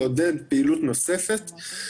איזה מענה אתם מתכננים לעסקים קטנים ובינוניים?